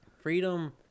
Freedom